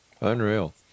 Unreal